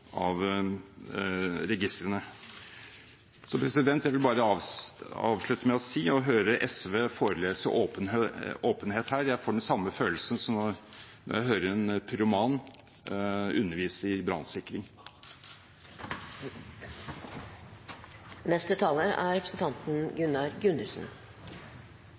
registrene. Jeg vil bare avslutte med å si: Når jeg hører SV forelese i åpenhet her, får jeg jeg den samme følelsen som å høre en pyroman undervise i brannsikring. Det er av samme grunn som foregående taler at jeg tar ordet – for referatet. Jeg er